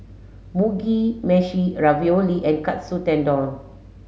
Mugi Meshi Ravioli and Katsu Tendon